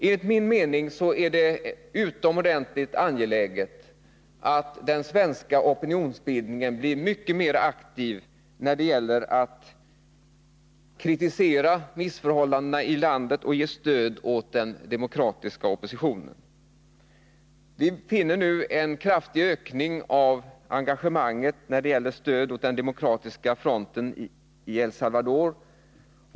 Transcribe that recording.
Enligt min mening måste den svenska opinionsbildningen bli mycket aktivare när det gäller att kritisera missförhållandena i landet och ge stöd åt den demokratiska oppositionen. Vi finner nu en kraftig ökning av engagemanget när det gäller stöd åt den demokratiska fronten i El Salvador.